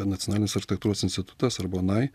nacionalinis architektūros institutas arba nai